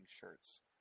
shirts